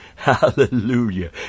Hallelujah